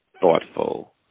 thoughtful